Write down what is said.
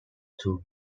two